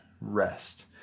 rest